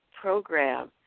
program